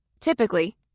Typically